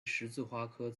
十字花科